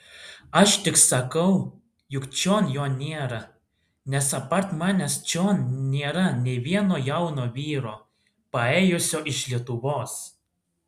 aš tik sakau jog čion jo nėra nes apart manęs čion nėra nė vieno jauno vyro paėjusio iš lietuvos